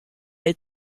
est